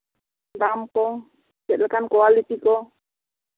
ᱫᱟᱢ ᱠᱚ ᱪᱮᱫ ᱞᱮᱠᱟᱱ ᱠᱳᱣᱟᱞᱤᱴᱤ ᱠᱚ